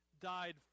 Died